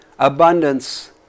Abundance